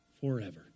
forever